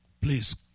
Please